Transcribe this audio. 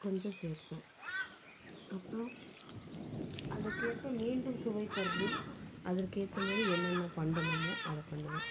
கொஞ்சம் சேர்ப்பேன் அப்றம் அதற்கேற்ப மீண்டும் சுவை தரணுனா அதற்கேற்ற மாதிரி என்னென்ன பண்ணணுமோ அதை பண்ணுவேன்